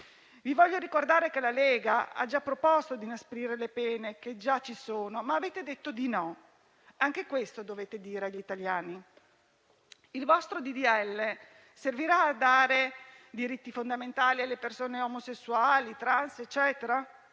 Vi voglio ricordare che la Lega ha già proposto di inasprire le pene che già ci sono, ma avete detto di no: anche questo dovete dire agli italiani. Il vostro disegno di legge servirà a dare diritti fondamentali alle persone omosessuali, trans, eccetera?